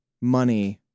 money